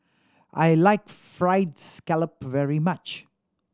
I like Fried Scallop very much